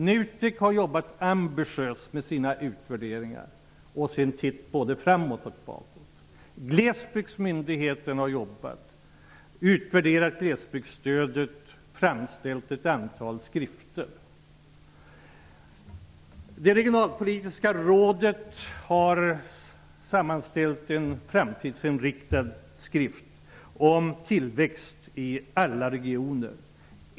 NUTEK har jobbat ambitiöst med sina utvärderingar och sett både framåt och bakåt. Glesbygdsmyndigheten har utvärderat glesbygdsstödet och framställt ett antal skrifter. Det regionalpolitiska rådet har sammanställt en framtidsinriktad skrift om tillväxt i alla regioner.